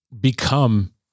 become